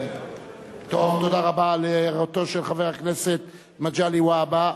תודה רבה על הערתו של חבר הכנסת מגלי והבה.